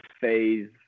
phase